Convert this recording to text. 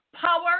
power